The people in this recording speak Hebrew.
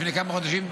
לפני כמה חודשים,